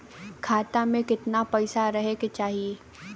खाता में कितना पैसा रहे के चाही?